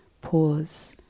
pause